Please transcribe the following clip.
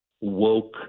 woke